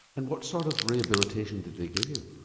and what sort of rehabilitation did they give you?